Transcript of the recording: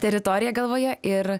teritoriją galvoje ir